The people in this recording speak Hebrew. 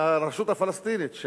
מהרשות הפלסטינית,